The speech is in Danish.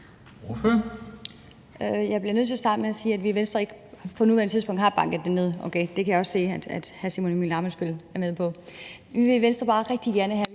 Jeg bliver nødt til at starte med at sige, at vi i Venstre ikke på nuværende tidspunkt har banket det ned, okay? Det kan jeg også se at hr. Simon Emil Ammitzbøll er med på. Men i Venstre vil vi bare rigtig gerne have,